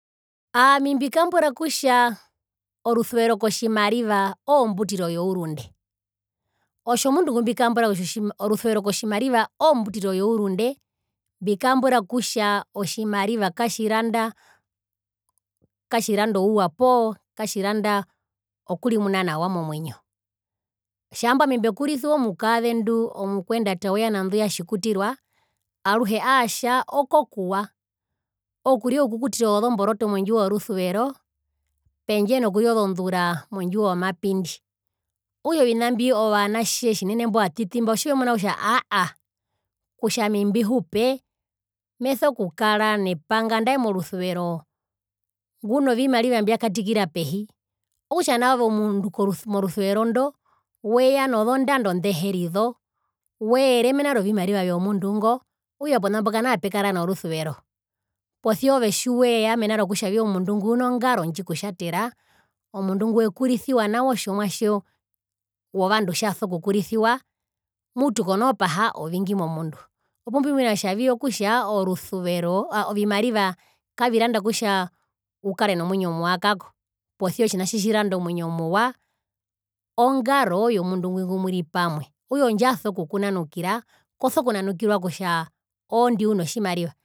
Ami mbikambura kutja orusuvero kotjimariva oombutiro yourunde otjomundu ngumbikambura kutja orusuvero kotjimariva oombutiro yourunde mbikambura kutja otjimariva katjiranda katjiranda ouwa poo katjiranda okurimuna nawa momwinyo tjaamba ami mbekurisiwa omukaendu omukuendata ya nandu ya tjikutirua aruhe aatja okokuwa okurya oukukutiro wozomboroto mondjiwo yorusuvero pendje nokurya ozondura mondjiwo yomapindi okutja ovina mbi tjinene ovanatje imbo ovatiti mba otjivemuna kutja aahaa kutja ami mbihupe meso kukara nepanga andae morusuvero nguno vimariva mbiakatikira pehi okutja nao ove omundu ko korusuvero ndo weya nozondando ndeherizo weere mena rovimariva vyo mundu ngo okutja pona mbo kanapekara norusuvero posia ove tjiweya mena rokutjavi omundu ngwi uno ngaro ndjikutjatera omundu ngwi wekurisiwa nawa otjomwatje wovandu tjaso kukurisiwa mutu konoo paha ovingi momundu opumbimwina kutjavi mutu orusuvero aa ovimariva kaviranda kutja ukare nomwinyo muwa kako posia otjina tjitjiranda omwinyo muwa ongaro yomundu ngwi ngumuri pamwe okutja ondjaso kukunanukira koso kunanukirwa kutja oondu uno tjimariva